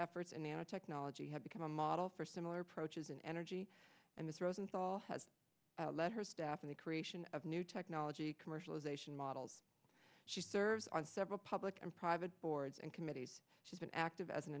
efforts and now technology has become a model for similar approaches in energy and this rosenthal has led her staff in the creation of new technology commercialization models she serves on several public and private boards and committee has been active as an